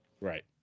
Right